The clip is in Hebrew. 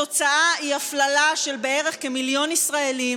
התוצאה היא הפללה של בערך כמיליון ישראלים,